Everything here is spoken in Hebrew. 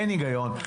אין היגיון.